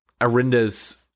Arinda's